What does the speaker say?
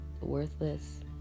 worthless